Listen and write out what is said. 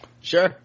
Sure